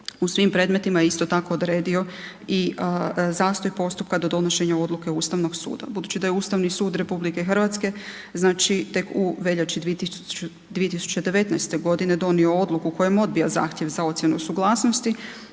u svim predmetima je isto tako odredio i zastoj postupka do donošenja odluke Ustavnog suda. Budući da je Ustavni sud RH znači tek u veljači 2019.g. donio odluku kojom odbija zahtjev za ocjenu suglasnosti,